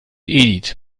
edith